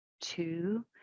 two